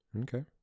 Okay